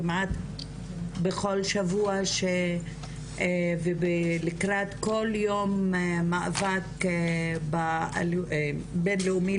כמעט בכל שבוע ולקראת כל יום מאבק בינלאומי